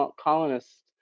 colonists